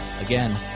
Again